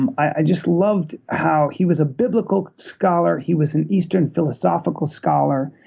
um i just loved how he was a biblical scholar. he was an eastern philosophical scholar,